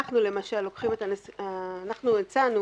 אנחנו הצענו